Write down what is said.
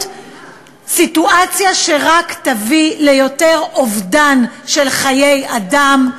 סיטואציה שרק תביא ליותר אובדן של חיי אדם,